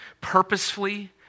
purposefully